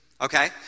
Okay